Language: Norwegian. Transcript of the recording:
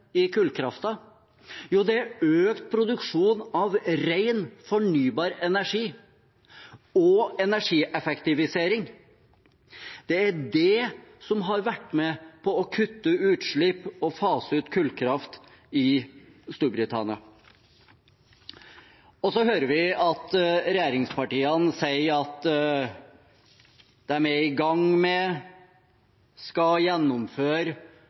i kullkraften? Jo, det er økt produksjon av ren, fornybar energi og energieffektivisering. Det er det som har vært med på å kutte utslipp og fase ut kullkraft i Storbritannia. Vi hører regjeringspartiene si at de er i gang med, eller skal gjennomføre,